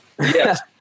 Yes